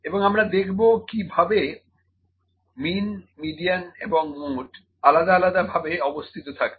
এবং আমরা দেখবো কিভাবে মিন মিডিয়ান এবং মোড আলাদা আলাদা ভাবে অবস্থিত থাকছে